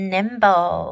Nimble